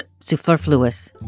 superfluous